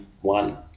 one